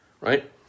right